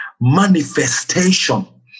manifestation